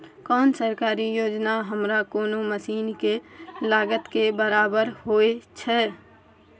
कोन सरकारी योजना हमरा कोनो मसीन के लागत के बराबर होय छै?